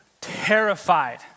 terrified